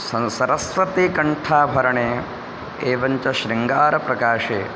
सं सरस्वतीकण्ठाभरणे एवञ्च शृङ्गारप्रकाशे